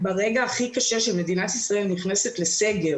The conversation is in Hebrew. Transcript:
ברגע הכי קשה שמדינת ישראל נכנסת לסגר